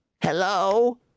Hello